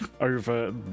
over